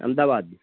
Ahmedabad